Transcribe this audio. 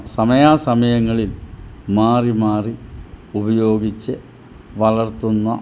സമയാസമയങ്ങളിൽ മാറി മാറി ഉപയോഗിച്ച് വളർത്തുന്ന